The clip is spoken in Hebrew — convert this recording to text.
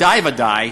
ודאי-ודאי,